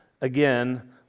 again